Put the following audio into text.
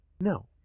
No